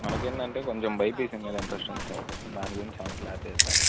మనకి ఏంటంటే కొంచెం బైపీసి మీద ఇంట్రస్ట్ ఉంది సార్ దాని గురించి ఏమైనా క్లారిటీ ఇస్తారా